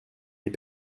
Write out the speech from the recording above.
les